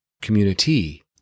community